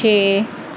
ਛੇ